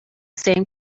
same